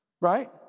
Right